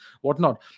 whatnot